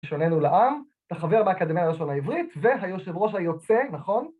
שוננו לעם, החבר באקדמיה הראשון העברית, והיושב ראש היוצא, נכון?